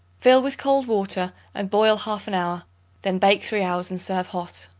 fill with cold water and boil half an hour then bake three hours and serve hot.